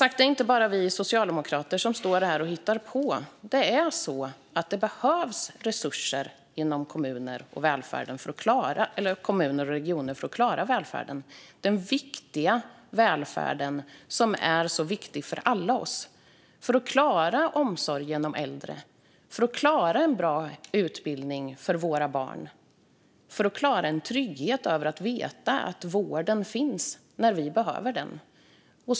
Det är inte vi socialdemokrater som står här och hittar på. Det behövs resurser inom kommuner och regioner för att man ska klara välfärden. Det handlar om välfärden, som är viktig för oss alla. Det handlar om att klara omsorgen om äldre, en bra utbildning för våra barn och trygghet som gör att vi vet att vården finns när vi behöver den.